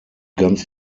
ganz